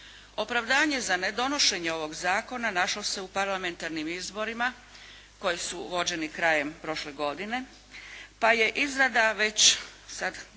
Opravdanje za ne donošenje ovog zakona našlo se u parlamentarnim izborima koji su vođeni krajem prošle godine, pa je izrada već